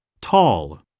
Tall